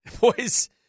boys